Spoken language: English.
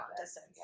distance